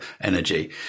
energy